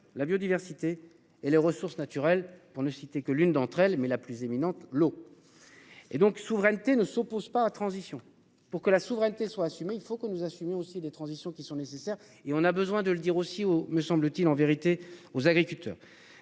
la biodiversité et les ressources naturelles pour ne citer que l'une d'entre elles mais la plus éminente l'eau. Et donc souveraineté ne s'oppose pas à transition pour que la souveraineté soit assumé. Il faut que nous assumions aussi des transitions qui sont nécessaires et on a besoin de le dire aussi aux me semble-t-il, en vérité aux agriculteurs.